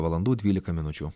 valandų dvylika minučių